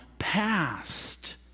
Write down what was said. past